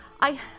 I-